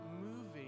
moving